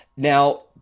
Now